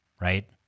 right